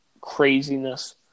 craziness